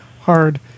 hard